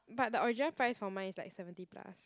but the original price for mine is like seventy plus